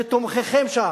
שתומכיכם שם,